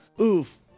Oof